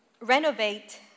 renovate